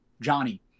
Johnny